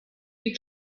you